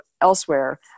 elsewhere